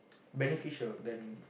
beneficial than